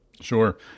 Sure